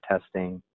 testing